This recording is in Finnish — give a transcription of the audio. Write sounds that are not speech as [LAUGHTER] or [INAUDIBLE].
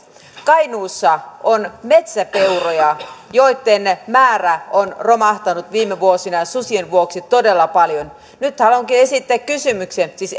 kainuussa on metsäpeuroja joitten määrä on romahtanut viime vuosina susien vuoksi todella paljon nyt haluankin esittää kysymyksen siis [UNINTELLIGIBLE]